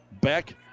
Beck